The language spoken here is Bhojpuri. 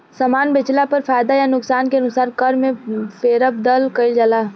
सामान बेचला पर फायदा आ नुकसान के अनुसार कर में फेरबदल कईल जाला